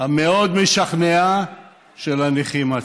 המאוד-משכנע של הנכים עצמם.